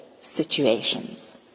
situations